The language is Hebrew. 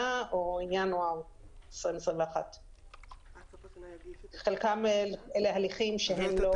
או לינואר 2021. חלקם הליכים שהם לא